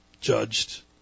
judged